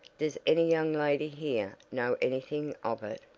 does any young lady here know anything of it?